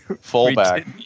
fullback